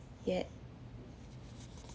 yet